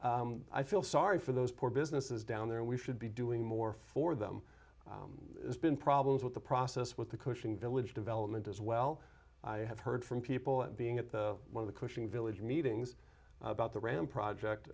i feel sorry for those poor businesses down there and we should be doing more for them been problems with the process with the coaching village development as well i have heard from people being at the one of the cushing village meetings about the ram project